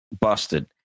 busted